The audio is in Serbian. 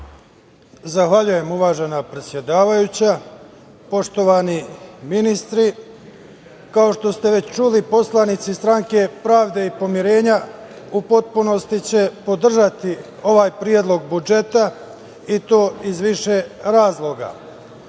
Zahvaljujem, uvažena predsedavajuća. Poštovani ministri, kao što ste već čuli, poslanici Stranke pravde i pomirenja u potpunosti će podržati ovaj predlog budžeta, i to iz više razloga.